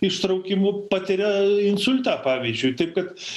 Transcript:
ištraukimo patiria insultą pavyzdžiui taip kad